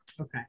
Okay